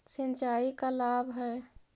सिंचाई का लाभ है?